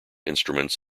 instruments